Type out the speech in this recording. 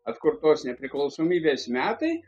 atkurtos nepriklausomybės metai